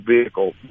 vehicle